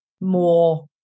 more